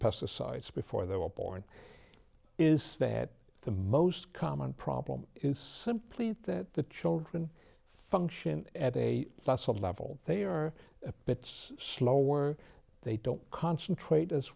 pesticides before they were born is that the most common problem is simply that the children function at a plus a level they are bits slower they don't concentrate as